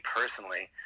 personally